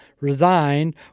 resigned